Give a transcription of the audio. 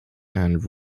and